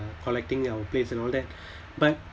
collecting our place and all that but